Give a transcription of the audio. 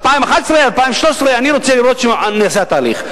2011, 2013, אני רוצה לראות שנעשה התהליך.